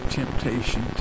temptation